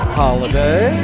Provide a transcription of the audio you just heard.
holiday